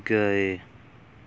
ਗਏ